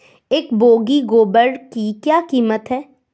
एक बोगी गोबर की क्या कीमत है?